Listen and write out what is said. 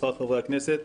שכר חברי הכנסת,